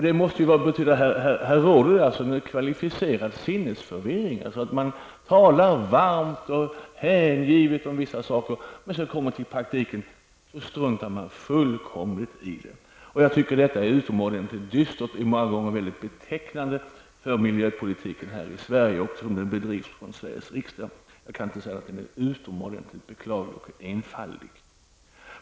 Det måste betyda att det här råder en kvalificerad sinnesförvirring. Man talar varmt och hängivet om vissa saker, men i praktiken struntar man fullkomligt i dem. Jag tycker att detta är utomordentligt dystert. Det är många gånger mycket betecknande för miljöpolitiken här i Sverige och som den bedrivs från Sveriges riksdag. Jag kan inte säga annat än att den är utomordentligt beklaglig och enfaldig.